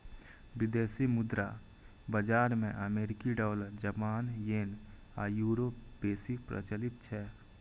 विदेशी मुद्रा बाजार मे अमेरिकी डॉलर, जापानी येन आ यूरो बेसी प्रचलित छै